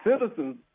citizens